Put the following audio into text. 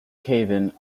cavan